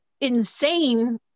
insane